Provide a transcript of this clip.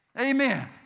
Amen